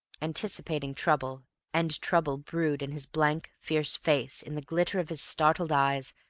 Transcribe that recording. anticipating trouble and trouble brewed in his blank, fierce face, in the glitter of his startled eyes,